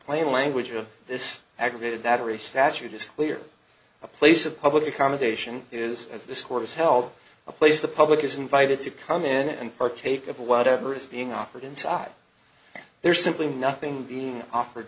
plain language of this aggravated battery statute is clear a place of public accommodation is as this court is held a place the public is invited to come in and partake of whatever is being offered inside there's simply nothing being offered